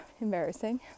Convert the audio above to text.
embarrassing